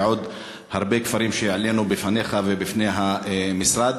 ועוד הרבה כפרים שהעלינו לפניך ולפני המשרד.